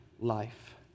life